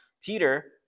Peter